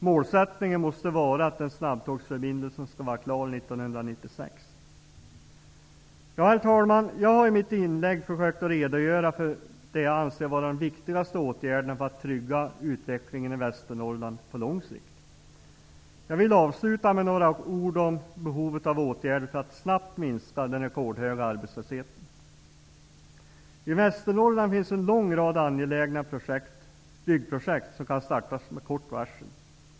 Målsättningen måste vara att den snabbtågsförbindelsen skall vara klar 1996. Herr talman! Jag har i mitt inlägg försökt att redogöra för det jag anser vara de viktigaste åtgärderna för att trygga utvecklingen i Västernorrland på lång sikt. Jag vill avsluta med några ord om behovet av åtgärder för att snabbt minska den rekordhöga arbetslösheten. I Västernorrland finns en lång rad angelägna byggprojekt som kan startas med kort varsel.